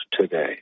today